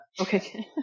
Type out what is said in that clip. Okay